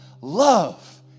love